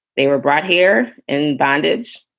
they were brought here in bondage.